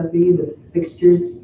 the the fixtures,